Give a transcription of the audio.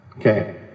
Okay